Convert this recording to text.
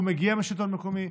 הוא מגיע מהשלטון המקומי,